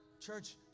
Church